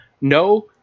no